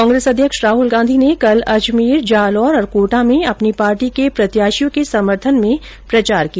कांग्रेस अध्यक्ष राहल गांधी ने कल अजमेर जालौर और कोटा में अपनी पार्टी के प्रत्याशियों के समर्थन मे प्रचार किया